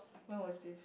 when was this